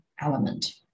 element